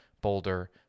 Boulder